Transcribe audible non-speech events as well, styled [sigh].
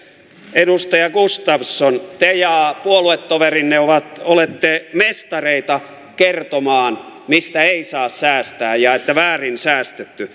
edustaja gustafsson te ja puoluetoverinne olette mestareita kertomaan mistä ei saa säästää ja että väärin säästetty [unintelligible]